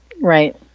Right